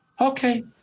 okay